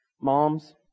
Moms